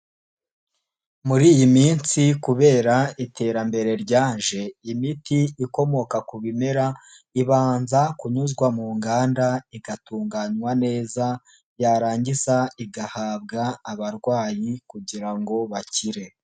Muri iyi minsi kubera iterambere ryaje, imiti ikomoka ku bimera ibanza kunyuzwa mu nganda, igatunganywa neza, yarangiza igahabwa abarwayi kugira ngo bakire.